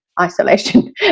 isolation